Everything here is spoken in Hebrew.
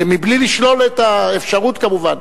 בלי לשלול את האפשרות כמובן.